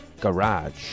Garage